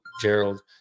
Gerald